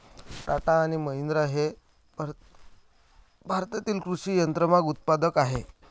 टाटा आणि महिंद्रा हे भारतातील कृषी यंत्रमाग उत्पादक आहेत